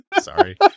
Sorry